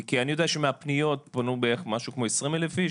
כי אני יודע שמהפניות פנו בערך משהו כמו 20,000 איש.